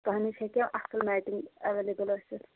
تۅہہِ نِش ہیٚکیٛاہ اَصٕل میٹِنٛگ اَیٚویلیبٕل ٲسِتھ